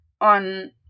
on